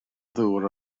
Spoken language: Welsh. ddŵr